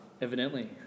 Evidently